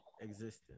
existence